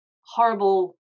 horrible